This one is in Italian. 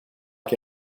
che